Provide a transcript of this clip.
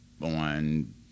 On